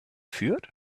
fürth